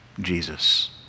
Jesus